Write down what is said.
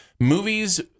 movies